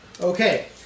Okay